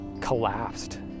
collapsed